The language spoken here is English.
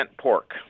pork